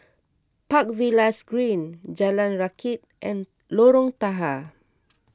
Park Villas Green Jalan Rakit and Lorong Tahar